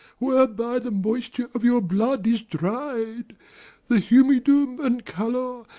whereby the moisture of your blood is dried the humidum and calor,